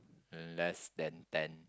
uh less than ten